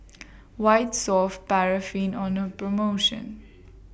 White Soft Paraffin on The promotion